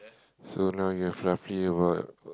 so now you have roughly about uh